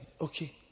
okay